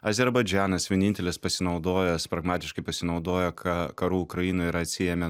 azerbaidžanas vienintelis pasinaudojęs pragmatiškai pasinaudojo ka karu ukrainoj ir atsiėmė